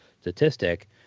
statistic